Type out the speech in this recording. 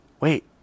Wait